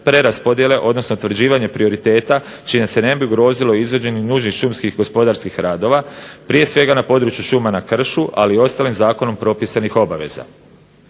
preraspodjele odnosno utvrđivanje prioriteta čime se ne bi ugrozilo izvođenje nužnih šumskih gospodarskih radova prije svega na području šuma na kršu, ali i ostalim zakonom propisanih obaveza.